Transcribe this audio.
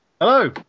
Hello